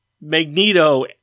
Magneto